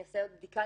אני אעשה עוד בדיקה.